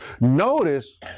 Notice